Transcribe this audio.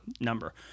number